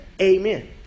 amen